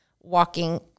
walking